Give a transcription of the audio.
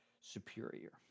superior